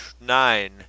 nine